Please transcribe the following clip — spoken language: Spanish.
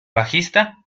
bajista